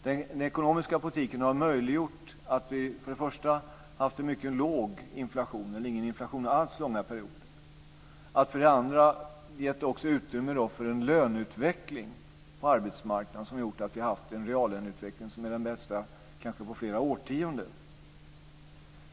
Den ekonomiska politiken har möjliggjort att vi för det första har haft en mycket låg inflation eller ingen inflation alls under långa perioder. För det andra har den också gett utrymme för en löneutveckling på arbetsmarknaden som gjort att vi har haft en reallöneutveckling som är den bästa på kanske flera årtionden.